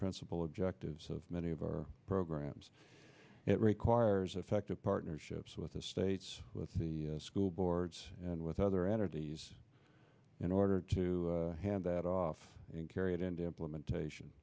principal objectives of many of our programs it requires effective partnerships with the states with the school boards and with other entities in order to have that off and carry it into implementation